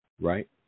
Right